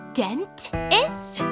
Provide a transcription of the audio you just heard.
dentist